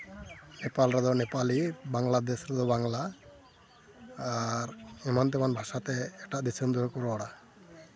ᱱᱮᱯᱟᱞ ᱨᱮᱫᱚ ᱱᱮᱯᱟᱞᱤ ᱟᱨ ᱵᱟᱝᱞᱟᱫᱮᱥ ᱨᱮᱫᱚ ᱵᱟᱝᱞᱟ ᱟᱨ ᱮᱢᱟᱱ ᱛᱮᱢᱟᱱ ᱵᱷᱟᱥᱟ ᱛᱮ ᱮᱴᱟᱜ ᱫᱤᱥᱚᱢ ᱨᱮᱦᱚᱸ ᱠᱚ ᱨᱚᱲᱟ